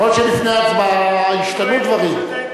יכול להיות שלפני ההצבעה ישתנו דברים.